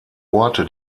orte